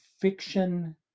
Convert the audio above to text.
fiction